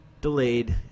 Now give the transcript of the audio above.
delayed